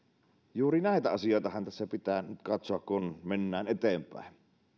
juuri näitä asioitahan tässä pitää nyt katsoa kun mennään eteenpäin